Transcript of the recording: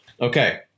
Okay